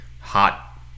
hot